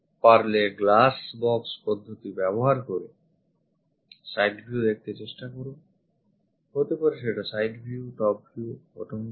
পারলেglass box পদ্ধতি ব্যবহার করে side view দেখতে চেষ্টা করো হতে পারে সেটা side view top view bottom view